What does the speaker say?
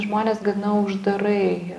žmonės gana uždarai